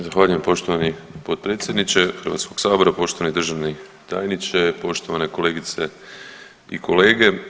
Zahvaljujem poštovani potpredsjedniče Hrvatskog sabora, poštovani državni tajniče, poštovane kolegice i kolege.